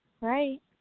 right